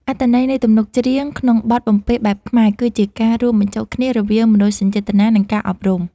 អត្ថន័យនៃទំនុកច្រៀងក្នុងបទបំពេបែបខ្មែរ គឺជាការរួមបញ្ចូលគ្នារវាងមនោសញ្ចេតនា និងការអប់រំ។